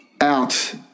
out